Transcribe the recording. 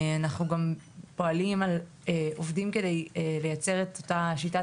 אנחנו גם עובדים כדי לייצר את אותה שיטת